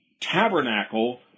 tabernacle